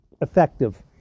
effective